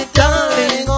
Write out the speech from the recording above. darling